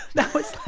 that was